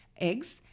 eggs